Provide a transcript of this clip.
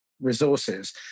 resources